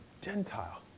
Gentile